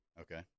Okay